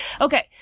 Okay